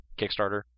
Kickstarter